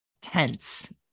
tense